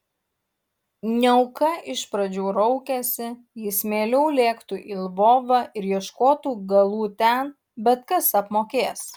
niauka iš pradžių raukėsi jis mieliau lėktų į lvovą ir ieškotų galų ten bet kas apmokės